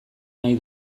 nahi